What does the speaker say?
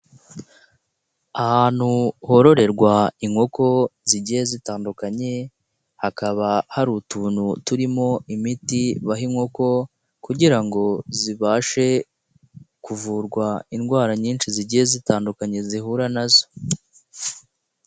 Ahantu hororerwa inkoko zigiye zitandukanye, hakaba hari utuntu turimo imiti baha inkoko kugira ngo zibashe kuvurwa indwara nyinshi zigiye zitandukanye zihura nazo.